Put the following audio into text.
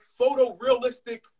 photorealistic